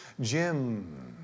Jim